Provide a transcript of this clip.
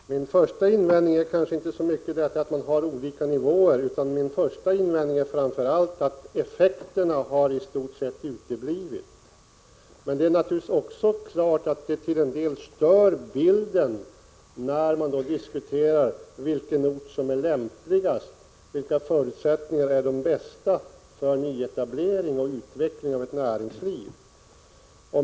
Herr talman! Min första invändning gäller kanske inte så mycket att man har olika nivåer utan framför allt att effekterna i stort sett uteblivit. Men det är naturligtvis också klart att bilden till en del störs, när man diskuterar vilken ort som är lämpligast, vilka förutsättningar som är de bästa för nyetablering och utveckling av näringslivet.